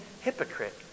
hypocrite